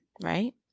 right